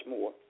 more